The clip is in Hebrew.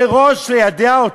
מראש ליידע אותו.